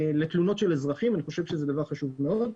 לתלונות אזרחים, אני חושב שזה דבר חשוב מאוד.